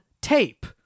tape